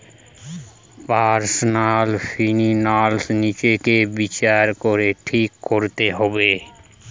personal finance নিজেকে বিচার করে ঠিক কোরতে হবে